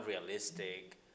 unrealistic